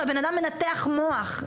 והבנאדם מנתח מוח.